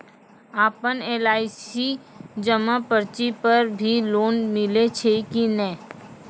आपन एल.आई.सी जमा पर्ची पर भी लोन मिलै छै कि नै?